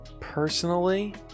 personally